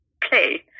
play